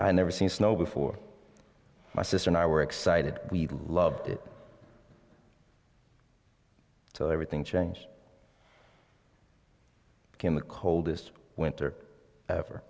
i never seen snow before my sister and i were excited we loved it till everything changed in the coldest winter ever